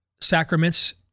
sacraments